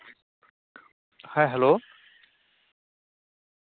ᱦᱮᱸ ᱦᱮᱞᱳ